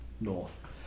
north